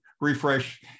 refresh